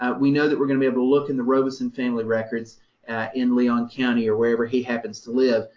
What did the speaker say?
ah we know that we're going to be able to look in the robison family records in leon county or wherever he happens to live,